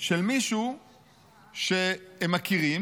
של מישהו שהם מכירים,